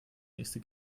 nächste